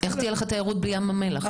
איך תהיה לך תיירות בלי ים המלח?